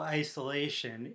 isolation